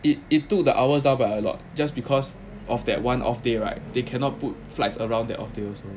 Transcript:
it it took the hours down by a lot just because of that one off day right they cannot put flights around that off day also